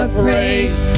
praise